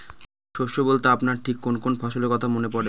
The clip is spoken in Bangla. শস্য বলতে আপনার ঠিক কোন কোন ফসলের কথা মনে পড়ে?